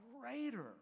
greater